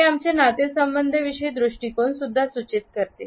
हे आमच्या नातेसंबंध विषयी दृष्टिकोन सूचित करते